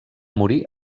morir